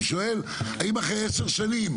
אני שואל אם אחרי עשר שנים,